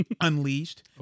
unleashed